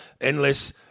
Endless